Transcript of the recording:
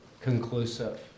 conclusive